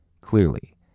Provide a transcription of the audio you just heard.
Clearly